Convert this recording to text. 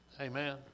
Amen